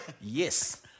Yes